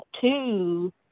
two